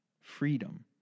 freedom